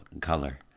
color